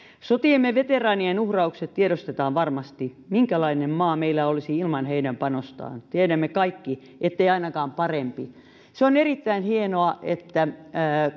sotiemme veteraanien uhraukset tiedostetaan varmasti minkälainen maa meillä olisi ilman heidän panostaan tiedämme kaikki ettei ainakaan parempi se on erittäin hienoa että